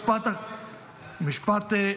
גם ליושב-ראש הקואליציה,